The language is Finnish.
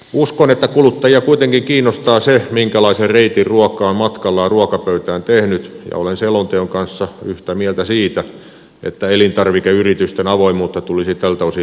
uskon että kuluttajia kuitenkin kiinnostaa se minkälaisen reitin ruoka on matkallaan ruokapöytään tehnyt ja olen selonteon kanssa yhtä mieltä siitä että elintarvikeyritysten avoimuutta tulisi tältä osin lisätä